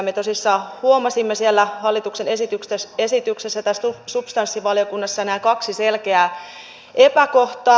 me tosissaan huomasimme hallituksen esityksessä tässä substanssivaliokunnassa nämä kaksi selkeää epäkohtaa